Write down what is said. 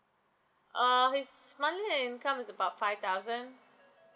uh his monthly income is about five thousand